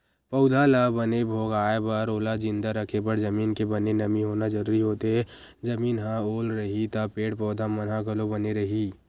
पउधा ल बने भोगाय बर ओला जिंदा रखे बर जमीन के बने नमी होना जरुरी होथे, जमीन ह ओल रइही त पेड़ पौधा मन ह घलो बने रइही